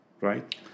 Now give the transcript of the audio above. right